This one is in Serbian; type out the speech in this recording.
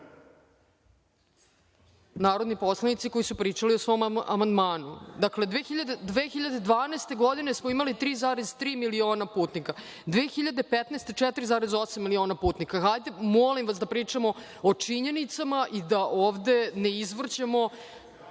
poslanici koji su pričali o svom amandmanu. Dakle, 2012. godine smo imali 3,3 miliona putnika, 2015. godine 4,8 miliona putnika. Hajde molim vas da pričamo o činjenicama i da ovde ne izvrćemo